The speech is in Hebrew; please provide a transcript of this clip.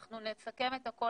אנחנו נסכם את הכול,